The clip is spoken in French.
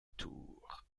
tour